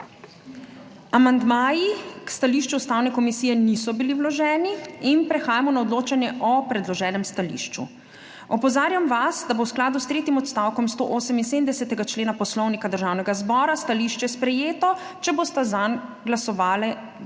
Amandmaji k stališču Ustavne komisije niso bili vloženi. Prehajamo na odločanje o predloženem stališču. Opozarjam vas, da bo v skladu s tretjim odstavkom 178. člena Poslovnika Državnega zbora stališče sprejeto, če bosta zanj glasovali dve